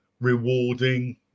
rewarding